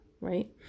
right